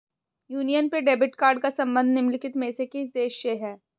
Union पे debit card का संबंध निम्नलिखित में से किस देश से है?